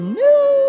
new